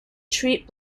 treat